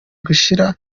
gushira